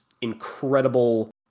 incredible